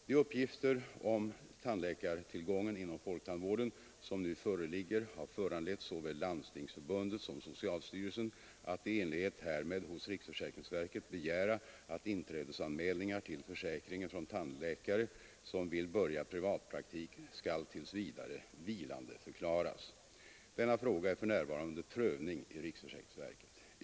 De uppgifter om tandläkartillgången inom folktandvården som nu föreligger har föranlett såväl Landstingsförbundet som socialstyrelsen att i enlighet härmed hos riksförsäkringsverket begära att inträdesanmälningar till försäkringen från tandläkare som vill börja privatpraktik skall tills vidare vilandeförklaras. Denna fråga är för närvarande under prövning i riksförsäkringsverket.